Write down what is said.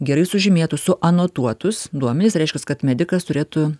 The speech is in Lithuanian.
gerai sužymėtus suanotuotus duomenis reiškias kad medikas turėtų